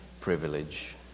privilege